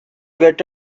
get